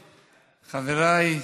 חבריי,